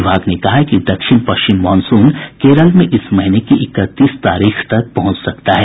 विभाग ने कहा है कि दक्षिण पश्चिम मॉनसून केरल में इस महीने की इकतीस तारीख तक पहुंच सकता है